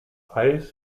eis